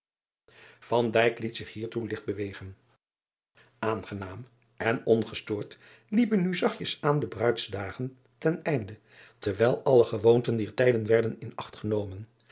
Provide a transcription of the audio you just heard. liet zich hiertoe ligt bewegen angenaam en ongestoord liepen nu zachtjes aan de ruidsdagen ten einde terwijl alle gewoonten dier tijden werden in acht genomen